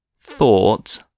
thought